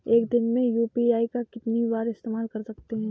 एक दिन में यू.पी.आई का कितनी बार इस्तेमाल कर सकते हैं?